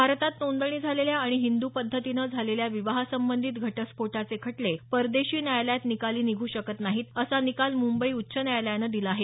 भारतात नोंदणी झालेल्या आणि हिंद् पद्धतीनं झालेल्या विवाहासंबंधीत घटस्फोटाचे खटले परदेशी न्यायालयात निकाली निघू शकत नाही असा निकाल मुंबई उच्च न्यायालयानं दिला आहे